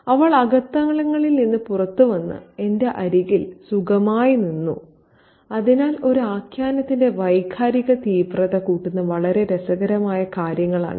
അവൾ അകത്തളങ്ങളിൽ നിന്ന് പുറത്തുവന്ന് എന്റെ അരികിൽ സുഖമായി നിന്നു അതിനാൽ ഒരു ആഖ്യാനത്തിന്റെ വൈകാരിക തീവ്രത കൂട്ടുന്ന വളരെ രസകരമായ കാര്യങ്ങളാണിവ